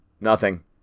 Nothing